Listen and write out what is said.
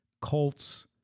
Colts